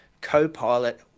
co-pilot